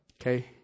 Okay